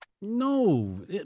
No